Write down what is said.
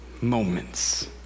Moments